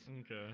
okay